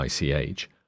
ICH